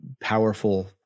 powerful